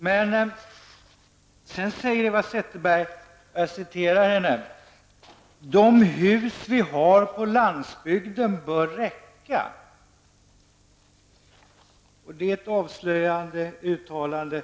Men sedan säger Eva Zetterberg att de hus som finns på landsbygden bör räcka. Det är ett avslöjande uttalande.